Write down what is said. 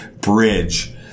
bridge